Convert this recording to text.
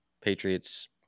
Patriots